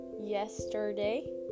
yesterday